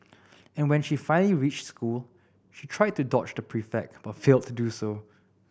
and when she finally reached school she tried to dodge the prefect but failed to do so